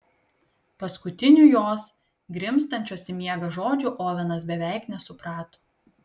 paskutinių jos grimztančios į miegą žodžių ovenas beveik nesuprato